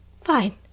Fine